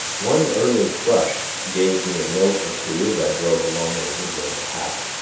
one early thrush gave me a note or two as i drove along the woodland path.